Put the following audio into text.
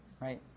right